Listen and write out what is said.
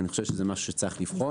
אני חושב שזה משהו צריך יהיה לבחון.